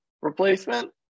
replacement